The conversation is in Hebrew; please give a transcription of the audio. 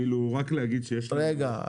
רגע.